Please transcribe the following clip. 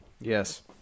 Yes